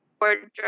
wardrobe